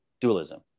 dualism